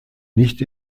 nicht